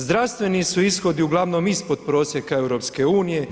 Zdravstveni su ishodi uglavnom ispod prosjeka EU.